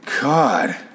God